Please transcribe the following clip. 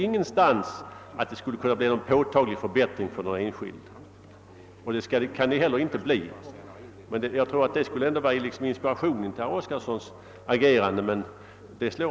Det står faktiskt ingenstans talat om en påtaglig förbättring för enskilda människor, och det kan heller inte bli någon sådan. Men det borde väl ändå ha varit inspirationen till herr Oskarsons agerande här.